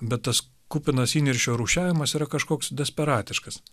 bet tas kupinas įniršio rūšiavimas yra kažkoks desperatiškas